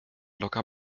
locker